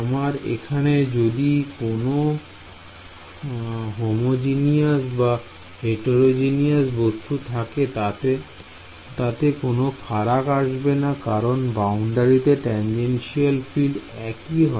আমার এখানে যদি কোন হোমোজিনিয়াস বা হেতেরোগেনিয়াস বস্তু থাকে তাতে কোন ফারাক আসবেনা কারণ বাউন্ডারিতে টানজেনশিয়াল ফিল্ড একই হয়